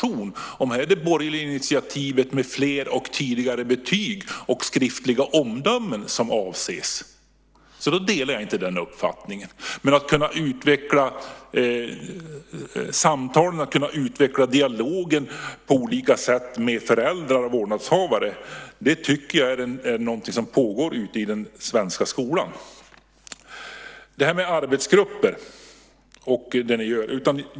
Om det är det borgerliga initiativet med fler och tidigare betyg och skriftliga omdömen som avses när Inger Davidson talar om att överföra information delar jag inte den uppfattningen. Men jag tycker att en utveckling av samtalen och dialogen med föräldrar och vårdnadshavare på olika sätt redan pågår i den svenska skolan. Sedan har vi detta med arbetsgruppen och vad ni gör.